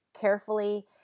carefully